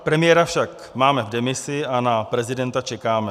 Premiéra však máme v demisi a na prezidenta čekáme.